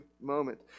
moment